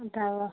दवा